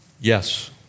yes